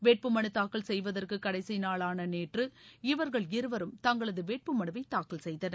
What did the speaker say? வேட்புமனுத்தாக்கல் செய்வதற்குகடைசிநாளானநேற்று இவர்கள் இருவரும் தங்களதுவேட்புமனுவைதாக்கல் செய்தனர்